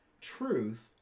truth